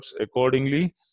accordingly